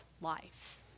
life